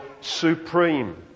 supreme